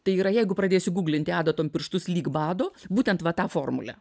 tai yra jeigu pradėsi guglinti adatom pirštus lyg bado būtent va tą formulę